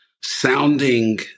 sounding